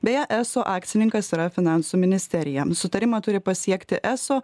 beje eso akcininkas yra finansų ministerija sutarimą turi pasiekti eso